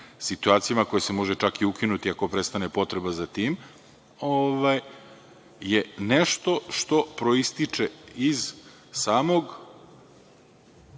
situacijama, koje se može čak i ukinuti ako prestane potreba za tim, je nešto što proističe iz samog